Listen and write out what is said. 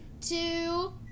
two